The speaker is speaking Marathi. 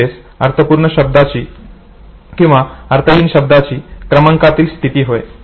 म्हणजेच अर्थपूर्ण शब्दाची किंवा अर्थहीन शब्दाची क्रमांकातील स्थिती होय